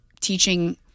teaching